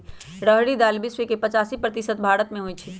रहरी दाल विश्व के पचासी प्रतिशत भारतमें होइ छइ